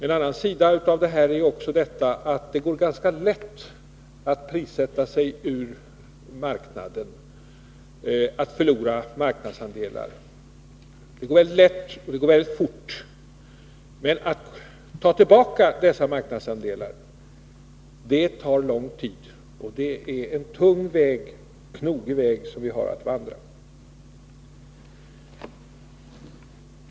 En annan sida av detta är att det går ganska lätt att prissätta sig ur marknaden och att förlora marknadsandelar. Det går väldigt lätt, och det går väldigt fort. Men att ta tillbaka dessa marknadsandelar tar lång tid, och vi har en tung och knogig väg att vandra.